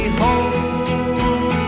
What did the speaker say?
home